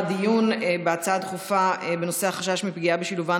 הדיון בהצעה הדחופה בנושא החשש מפגיעה בשילובן